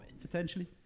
Potentially